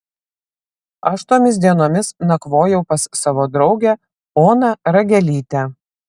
aš tomis dienomis nakvojau pas savo draugę oną ragelytę